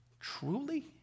Truly